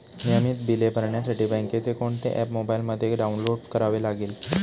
नियमित बिले भरण्यासाठी बँकेचे कोणते ऍप मोबाइलमध्ये डाऊनलोड करावे लागेल?